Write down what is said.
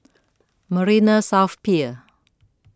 Marina South Pier